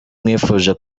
mwifuje